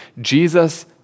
Jesus